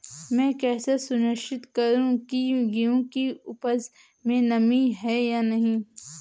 मैं कैसे सुनिश्चित करूँ की गेहूँ की उपज में नमी है या नहीं?